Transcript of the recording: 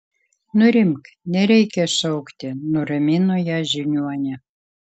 nurimk nereikia šaukti nuramino ją žiniuonė